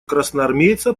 красноармейца